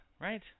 right